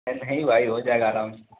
ارے نہیں بھائی ہو جائے گا آرام سے